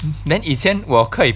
then 以前我可以